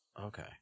Okay